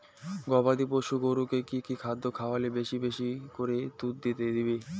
গবাদি পশু গরুকে কী কী খাদ্য খাওয়ালে বেশী বেশী করে দুধ দিবে?